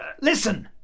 listen